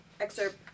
excerpt